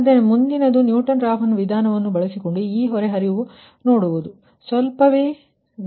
ಆದ್ದರಿಂದ ಮುಂದಿನದು Newton Raphson ವಿಧಾನವನ್ನು ಬಳಸಿಕೊಂಡು ಆ ಲೋಡ್ ಹರಿವು ನೋಡೋಣ